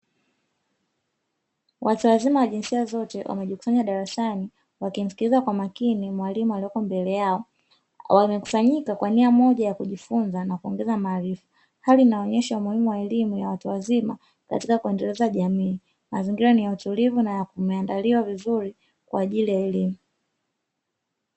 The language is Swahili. Watu wazima wa jinsia zote wamejikusanya darasani wakimsikiliza kwa makini mwalimu aliyeko mbele yao. Wamekusanyika kwa nia moja ya kujifunza na kuongeza maarifa, hali inayoonyesha umuhimu wa elimu ya watu wazima katika kuendeleza jamii. Mazingira ni ya utulivu na yameeandaliwa vizuri kwa ajili ya elimu.